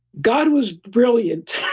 god was brilliant.